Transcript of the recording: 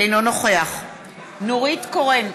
אינו נוכח נורית קורן,